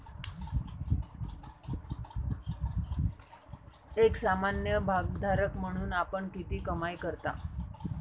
एक सामान्य भागधारक म्हणून आपण किती कमाई करता?